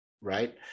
right